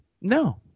No